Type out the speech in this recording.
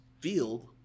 field